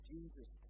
Jesus